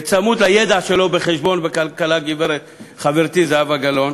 צמוד לידע שלו בחשבון ובכלכלה, חברתי זהבה גלאון,